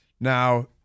Now